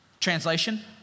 Translation